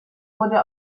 wurde